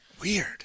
Weird